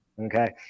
Okay